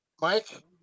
Mike